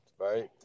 right